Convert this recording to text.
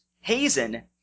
Hazen